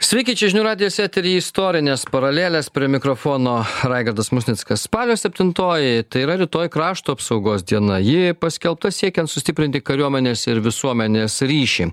sveiki čia žinių radijas etery istorinės paralelės prie mikrofono raigardas musnickas spalio septintoji tai yra rytoj krašto apsaugos diena ji paskelbta siekiant sustiprinti kariuomenės ir visuomenės ryšį